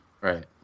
Right